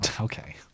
Okay